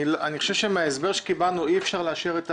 אני חושב שאי אפשר לאשר את האגרה,